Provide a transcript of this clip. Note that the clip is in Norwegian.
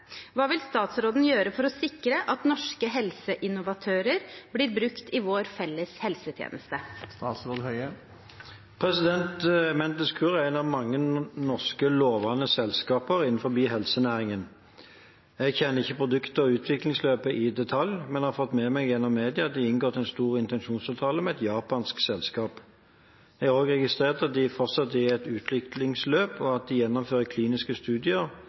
Hva vil statsråden gjøre for å sikre at norske helseinnovatører blir brukt i vår felles helsetjeneste?» Mentis Cura er et av mange norske lovende selskaper innenfor helsenæringen. Jeg kjenner ikke produktet og utviklingsløpet i detalj, men har fått med meg gjennom media at de har inngått en stor intensjonsavtale med et japansk selskap. Jeg har også registrert at de fortsatt er i et utviklingsløp, og at de gjennomfører kliniske studier,